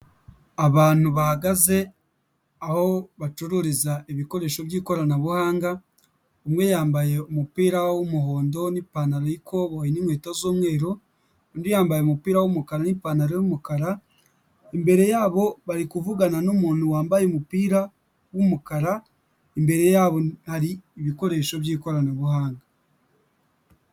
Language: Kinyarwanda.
Abantu bahagaze aho bacururiza ibikoresho by'ikoranabuhanga, umwe yambaye umupira w'umuhondo n'ipantaro y'ikoboyi n'inkweto z'umweru, undi yambaye umupira w'umukara n'ipantaro y'umukara, imbere yabo bari kuvugana n'umuntu wambaye umupira w'umukara, imbere yabo hari ibikoresho by'ikoranabuhanga.